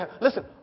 Listen